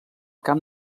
camp